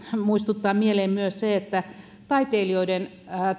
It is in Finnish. muistuttaa mieleen myös se että taiteilijoiden